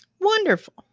Wonderful